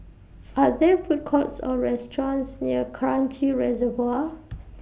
Are There Food Courts Or restaurants near Kranji Reservoir